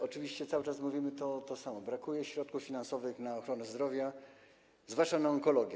Oczywiście cały czas mówimy to samo: brakuje środków finansowych na ochronę zdrowia, zwłaszcza na onkologię.